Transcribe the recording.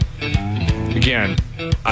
Again